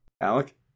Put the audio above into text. alec